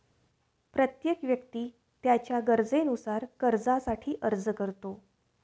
प्रत्येक व्यक्ती त्याच्या गरजेनुसार कर्जासाठी अर्ज करतो